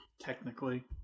technically